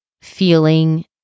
feeling